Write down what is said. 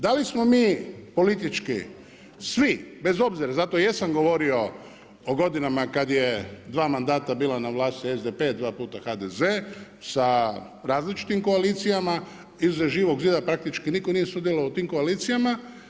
Da li smo mi politički, svi bez obzira, zato jesam govorio o godinama, kada je 2 mandata bila na vlasti SDP, dva puta HDZ, sa različitim koalicijama iza Živog zida praktički nitko nije sudjelovao u tim koalicijama.